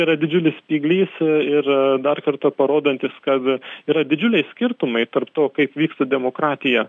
yra didžiulis spyglys a ir dar kartą parodantis kad yra didžiuliai skirtumai tarp to kaip vyksta demokratija